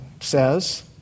says